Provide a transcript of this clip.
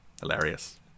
hilarious